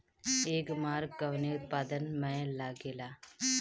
एगमार्क कवने उत्पाद मैं लगेला?